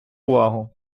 увагу